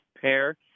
pair